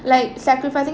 like sacrificing